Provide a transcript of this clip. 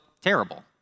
terrible